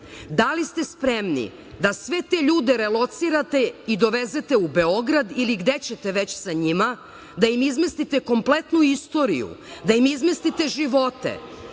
Da li ste spremni da sve te ljude relocirate i dovezete u Beograd ili gde ćete već sa njima, da im izmestite kompletnu istoriju, da im izmestite živote